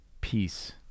peace